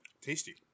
Tasty